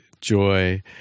joy